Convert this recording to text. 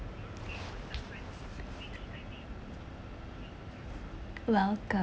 welcome